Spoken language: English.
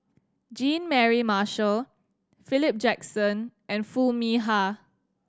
Jean Mary Marshall Philip Jackson and Foo Mee Har